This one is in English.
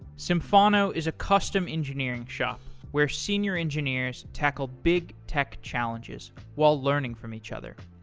symphono is a custom engineering shop where senior engineers tackle big tech challenges while learning from each other.